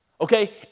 Okay